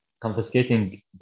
confiscating